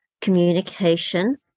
communication